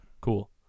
Cool